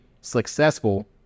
successful